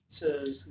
says